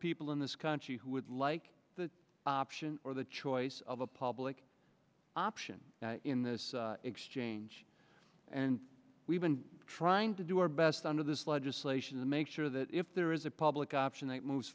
people in this country who would like the option or the choice of a public option in this exchange and we've been trying to do our best under this legislation to make sure that if there is a public option it moves